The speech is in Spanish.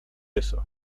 eso